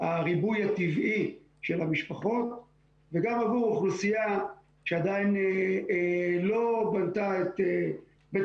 הריבוי הטבעי של המשפחות וגם עבור האוכלוסייה שעדיין לא בנתה את בית